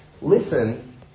Listen